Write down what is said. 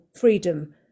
freedom